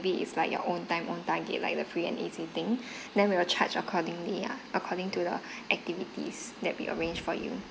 is like your own time own target lah like the free and easy thing then we will charge accordingly uh according to the activities that we arranged for you